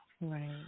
Right